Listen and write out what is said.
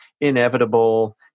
inevitable